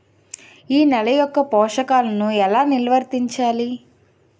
నెల యెక్క పోషకాలను ఎలా నిల్వర్తించాలి